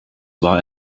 war